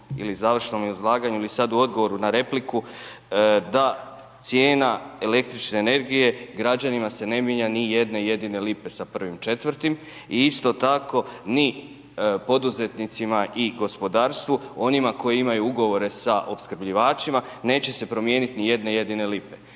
ili završnom izlaganju ili sada u odgovoru na repliku, da cijena električne energije, građanima se ne mijenja ni jedne jedine lipe sa 1.4. i isto tako ni poduzetnicima ni gospodarstvu. Onima koji imaju ugovore s opskrbljivačima, neće se promijeniti ni jedene jedine lipe,